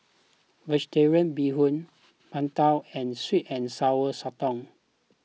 Vegetarian Bee Hoon Png Tao and Sweet and Sour Sotong